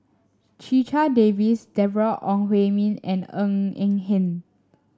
Checha Davies Deborah Ong Hui Min and Ng Eng Hen